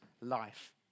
life